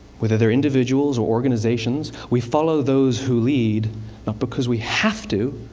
whether they're individuals or organizations, we follow those who lead, not because we have to,